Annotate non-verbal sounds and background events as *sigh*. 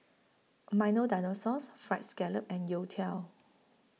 Milo Dinosaur *unintelligible* Fried Scallop and Youtiao